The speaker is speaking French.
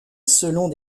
selon